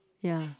ya